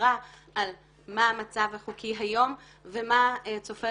הבהרה על מה המצב החוקי היום ומה צופה